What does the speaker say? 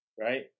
right